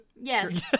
Yes